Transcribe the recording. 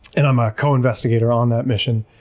and i'm a co-investigator on that mission.